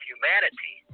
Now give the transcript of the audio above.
humanity